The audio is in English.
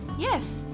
yes!